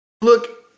look